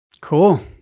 Cool